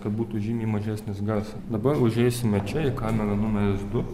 kad būtų žymiai mažesnis garsas dabar užeisime čia į kamerą numeris du